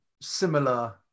similar